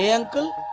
uncle,